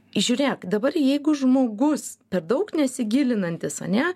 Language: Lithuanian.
žiūrėk dabar jeigu žmogus per daug nesigilinantis ane